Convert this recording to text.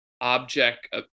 object